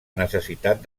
necessitat